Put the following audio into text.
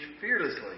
fearlessly